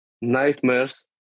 nightmares